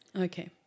Okay